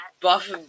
Buff